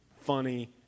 funny